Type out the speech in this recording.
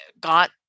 got